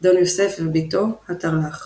דון יוסף ובתו – ה'תרל"ח